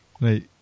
Right